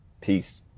Peace